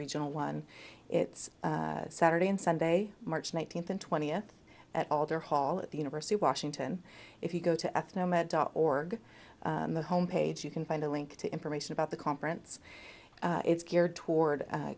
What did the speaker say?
regional one it's saturday and sunday march nineteenth and twentieth at alder hall at the university of washington if you go to ethno med dot org the home page you can find a link to information about the conference it's geared toward